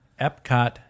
epcot